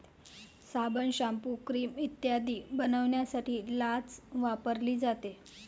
साबण, shampoo, cream इत्यादी बनवण्यासाठी लाच वापरली जाते